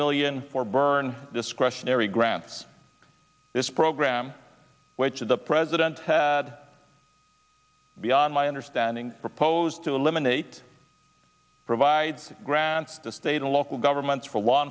million or burn discretionary grants this program which the president had beyond my understanding proposed to eliminate provides grants to state and local governments for law